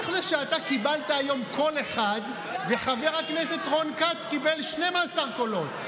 איך זה שאתה קיבלת היום קול אחד וחבר הכנסת רון כץ קיבל 12 קולות?